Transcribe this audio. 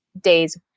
days